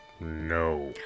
No